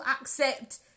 accept